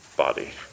body